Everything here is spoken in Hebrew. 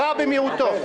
הרע במיעוטו.